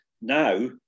Now